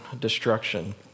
destruction